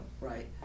right